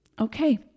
Okay